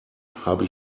habe